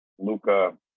Luca